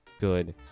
good